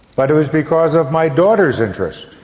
but it was because of my daughter's interest.